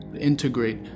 integrate